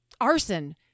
arson